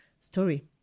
story